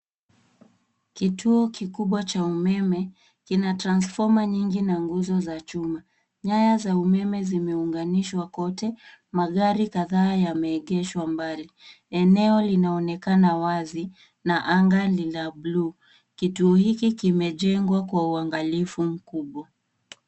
Kitu kikubwa cha umeme. Kina transfoma nyingi na nguzo za chuma. Nyaya za umeme zimeunganishwa kote. Magari kadhaa yameegeshwa mbali. Eneo linaonekana wazi na anga ni la buluu. Kituo hiki kimejengwa kwa uangalifu mkubwa.